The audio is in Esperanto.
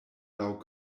laŭ